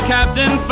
Captain